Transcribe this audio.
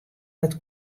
dat